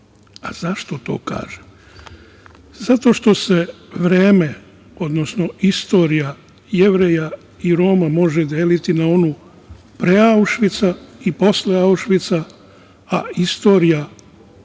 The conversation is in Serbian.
Zašto to kažem? Zato što se vreme, istorija Jevreja i Roma može deliti pre Aušvica i posle Aušvica, a istorija